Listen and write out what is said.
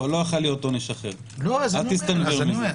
לא היה יכול להיות עונש אחר, אל תסתנוור מזה.